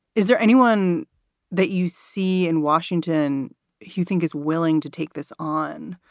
is there anyone that you see in washington who you think is willing to take this on?